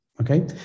okay